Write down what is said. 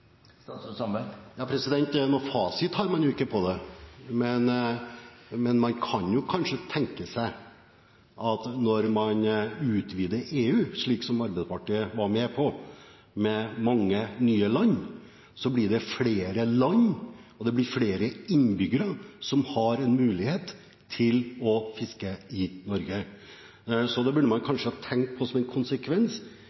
fasit har man ikke på det, men man kan kanskje tenke seg at når man utvider EU, slik Arbeiderpartiet var med på, med mange nye land, blir det flere land, og det blir flere innbyggere, som har en mulighet til å fiske i Norge. Det burde man